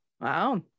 Wow